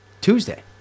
Tuesday